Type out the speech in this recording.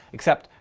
except,